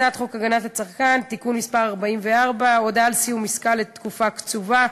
הצעת חוק הגנת הצרכן (תיקון מס' 44) (הודעה על סיום עסקה לתקופה קצובה),